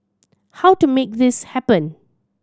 how to make this happen